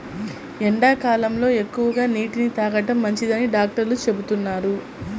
ఎండాకాలంలో ఎక్కువగా నీటిని తాగడం మంచిదని డాక్టర్లు చెబుతున్నారు